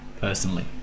personally